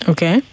Okay